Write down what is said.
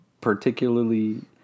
particularly